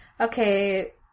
Okay